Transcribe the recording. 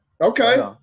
Okay